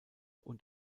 und